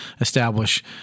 establish